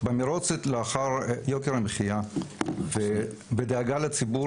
במרוץ אחר יוקר המחיה והדאגה לציבור,